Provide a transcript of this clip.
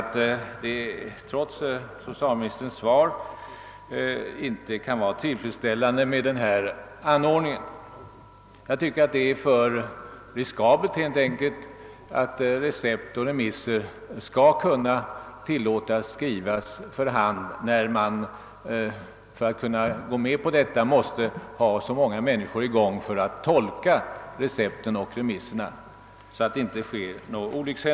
Trots vad socialministern sagt i sitt svar måste jag därför vidhålla att jag finner rådande ordning otill fredsställande. Det är helt enkelt för riskabelt att tillåta att recept och remisser skrivs ut för hand. Man måste ju ha en omfattande kontrollapparat, med en mängd personer inkopplade, för att tolka recepten, så att det inte uppstår några fel.